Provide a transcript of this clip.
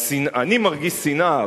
אני מרגיש: שנאה,